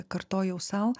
kartojau sau